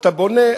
אתה בונה,